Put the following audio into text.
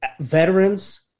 Veterans